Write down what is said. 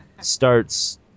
starts